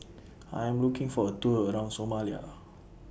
I Am looking For A Tour around Somalia